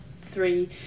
three